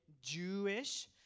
Jewish